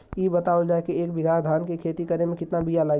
इ बतावल जाए के एक बिघा धान के खेती करेमे कितना बिया लागि?